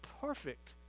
perfect